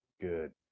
Good